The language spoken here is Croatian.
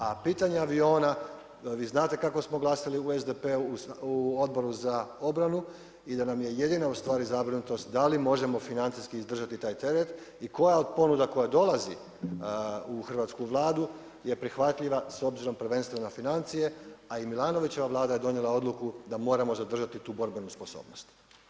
A pitanje aviona, vi znate kako smo glasali u SDP-u, u Odboru za obranu i da nam je jedina ustvari zabrinutost da li možemo financijski izdržati taj teret i koja od ponuda koja dolazi u hrvatsku Vladu je prihvatljiva s obzirom prvenstveno na financije a i Milanovićeva Vlada je donijela odluku da moramo zadržati tu borbenu sposobnost.